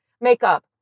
makeup